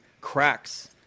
cracks